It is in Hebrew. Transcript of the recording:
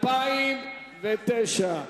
התשס"ט 2009,